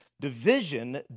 Division